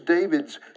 David's